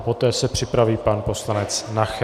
Poté se připraví pan poslanec Nacher.